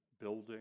building